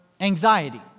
anxiety